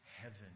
heaven